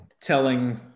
telling